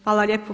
Hvala lijepo.